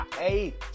hey